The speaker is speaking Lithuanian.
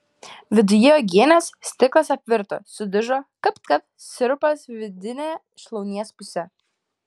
viduje uogienės stiklas apvirto sudužo kapt kapt sirupas vidine šlaunies puse